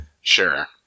Sure